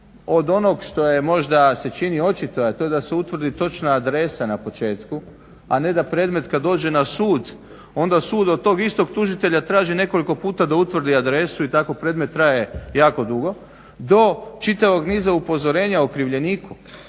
Od onoga što se možda čini očito, a to je da se utvrdi točna adresa na početku, a ne da predmet kada dođe na sud onda sud od tog istog tužitelja traži nekoliko puta da utvrdi adresu i tako predmet traje jako dugo, do čitavog niza upozorenja okrivljeniku